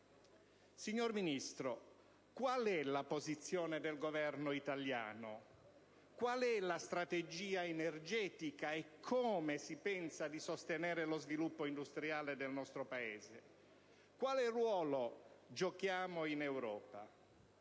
Signor Ministro, qual è la posizione del Governo italiano? Qual è la strategia energetica e come si pensa di sostenere lo sviluppo industriale del nostro Paese? Quale ruolo giochiamo in Europa?